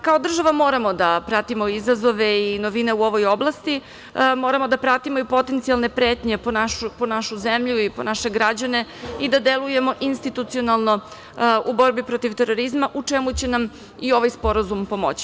Kao država moramo da pratimo izazove i novine u ovoj oblasti, moramo da pratimo i potencijalne pretnje po našu zemlju i po naše građane i da delujemo institucionalno u borbi protiv terorizma, u čemu će nam i ovaj sporazum pomoći.